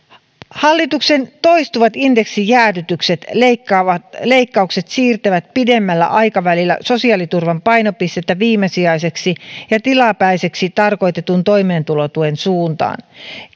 hallituksen toistuvat indeksijäädytykset ja leikkaukset siirtävät pidemmällä aikavälillä sosiaaliturvan painopistettä viimesijaiseksi ja tilapäiseksi tarkoitetun toimeentulotuen suuntaan